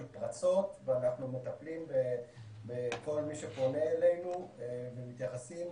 פרצות ואנחנו מטפלים בכל מי שפונה אלינו ומתייחסים.